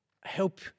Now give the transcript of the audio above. help